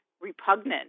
repugnant